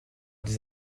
des